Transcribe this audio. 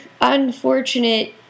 unfortunate